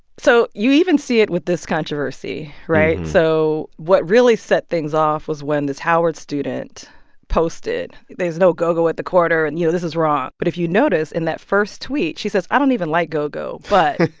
so you even see it with this controversy, right? so what really set things off was when this howard posted there's no go-go at the corner. and, you know, this is wrong. but if you notice in that first tweet, she says i don't even like go-go, but.